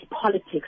politics